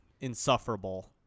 insufferable